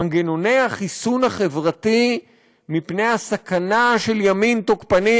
מנגנוני החיסון החברתי מפני הסכנה של ימין תוקפני,